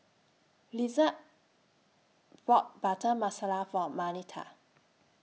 Lillard bought Butter Masala For Marnita